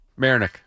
Mayernick